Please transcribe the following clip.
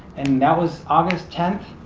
and that was august tenth.